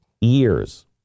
years